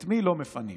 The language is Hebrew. את מי לא מפנים?